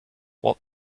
what